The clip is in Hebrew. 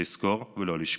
לזכור ולא לשכוח.